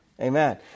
Amen